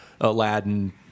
Aladdin